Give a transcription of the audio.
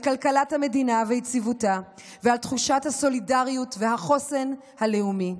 על כלכלת המדינה ויציבותה ועל תחושת הסולידריות והחוסן הלאומי.